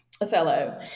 Othello